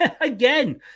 again